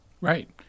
Right